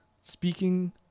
Speaking